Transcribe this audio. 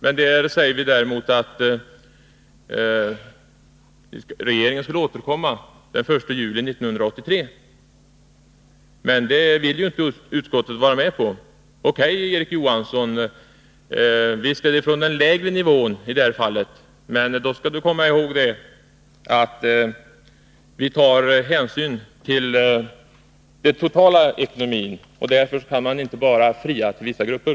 Däremot säger vi att regeringen skulle återkomma den 1 juli 1983. Detta vill dock inte utskottet vara med på. O. K., Erik Johansson, visst är det från den lägre nivån i det här fallet, men kom ihåg att vi tar hänsyn till den totala ekonomin. Därför kan man inte bara fria till vissa grupper.